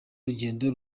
rugendo